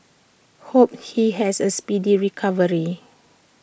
hope he has A speedy recovery